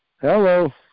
Hello